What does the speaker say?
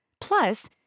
Plus